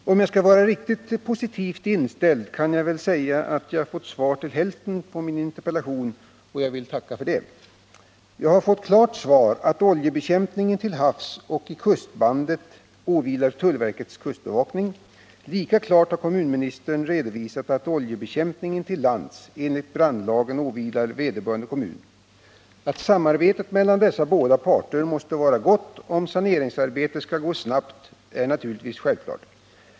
Herr talman! Om jag skall vara riktigt positivt inställd, kan jag väl säga att jag fått svar till hälften på min interpellation, och jag vill tacka för det. Jag har fått det klara svaret att oljebekämpningen till havs och i kustbandet åvilar tullverkets kustbevakning. Lika klart har kommunministern redovisat att oljebekämpningen till lands enligt brandlagen åvilar vederbörande kommun. Att samarbetet mellan dessa båda parter måste vara gott, om saneringsarbetet skall gå snabbt, är naturligtvis självklart.